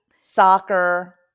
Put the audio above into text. soccer